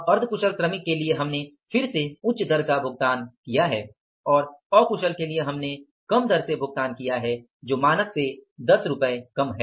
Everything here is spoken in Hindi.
अर्ध कुशल श्रमिक के लिए हमने फिर से उच्च दर का भुगतान किया है और अकुशल के लिए हमने कम दर जो 10 रुपये है का भुगतान किया है